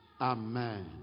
Amen